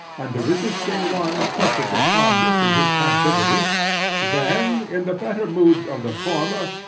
and the resisting one perfectly harmless in his passivity then, in the better moods of the former,